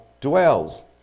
dwells